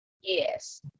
Yes